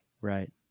Right